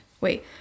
wait